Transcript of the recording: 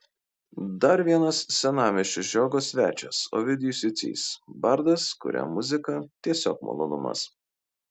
dar vienas senamiesčio žiogo svečias ovidijus jucys bardas kuriam muzika tiesiog malonumas